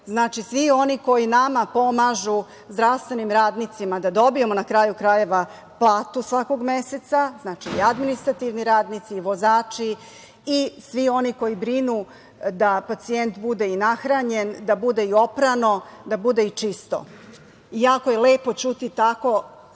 rekao. Svi oni koji nama pomažu, zdravstvenim radnicima, da dobijemo, na kraju krajeva, platu svakog meseca. Znači, i administrativni radnici i vozači i svi oni koji brinu da pacijent bude i nahranjen, da bude i oprano, da bude i čisto. Jako je lepo čuti tako sa